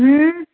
हं